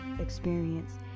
experience